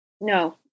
no